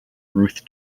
ruth